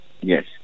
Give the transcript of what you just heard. Yes